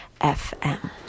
FM